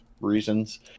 reasons